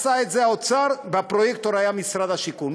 עשה את זה האוצר והפרויקטור היה משרד השיכון.